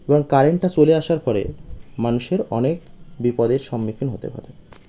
এবং কারেন্টটা চলে আসার পরে মানুষের অনেক বিপদের সম্মুখীন হতে পারে